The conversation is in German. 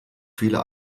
viele